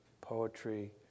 poetry